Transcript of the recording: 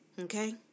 okay